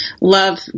Love